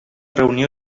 reunió